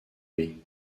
lui